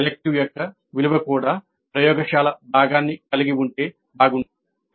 elective యొక్క విలువ కూడా ప్రయోగశాల భాగాన్ని కలిగి ఉంటే బాగుండేది